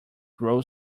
grow